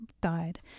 died